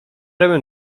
robią